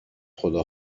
خدا